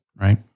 right